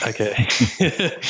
Okay